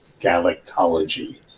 galactology